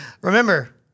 Remember